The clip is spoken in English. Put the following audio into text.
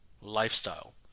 lifestyle